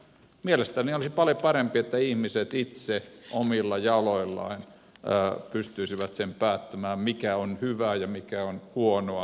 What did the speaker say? mielestäni olisi paljon parempi että ihmiset itse omilla jaloillaan pystyisivät sen päättämään mikä on hyvää ja mikä on huonoa